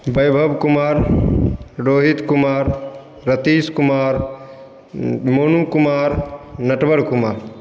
Vaibhav Kumar Rohit Kumar Ratish Kumar Monu Kumar Natwar Kumar